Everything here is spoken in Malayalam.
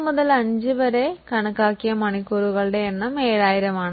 3 5 വരെ കണക്കാക്കിയ മണിക്കൂറുകളുടെ എണ്ണം 7000 ആണ്